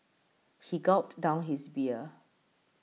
he gulped down his beer